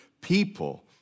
people